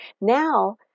Now